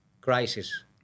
crisis